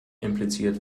impliziert